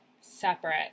separate